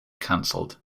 canceled